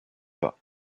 pas